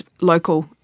local